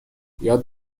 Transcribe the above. یاد